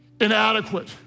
inadequate